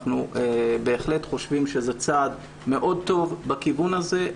אנחנו בהחלט חושבים שזה צעד מאוד טוב בכיוון הזה.